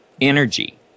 energy